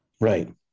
Right